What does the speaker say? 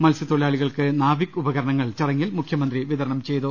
മത്സ്യത്തൊഴിലാളികൾക്ക് നാവിക് ഉപകർണങ്ങൾ ചടങ്ങിൽ മുഖ്യ മന്ത്രി വിതരണം ചെയ്തു